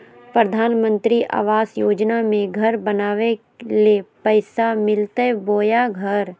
प्रधानमंत्री आवास योजना में घर बनावे ले पैसा मिलते बोया घर?